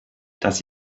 das